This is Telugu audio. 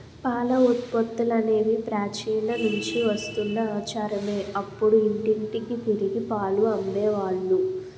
పాల ఉత్పత్తులనేవి ప్రాచీన నుంచి వస్తున్న ఆచారమే అప్పుడు ఇంటింటికి తిరిగి పాలు అమ్మే వాళ్ళు